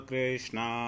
Krishna